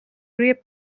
روی